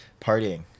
Partying